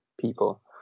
people